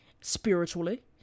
spiritually